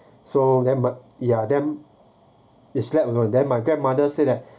so then but ya then they slept lor then my grandmother say that